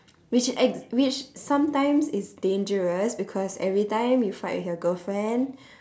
which ex~ which sometimes it's dangerous because every time you fight with your girlfriend